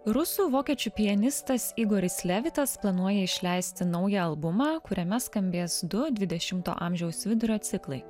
rusų vokiečių pianistas igoris levitas planuoja išleisti naują albumą kuriame skambės du dvidešimto amžiaus vidurio ciklai